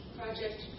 project